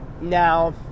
Now